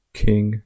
king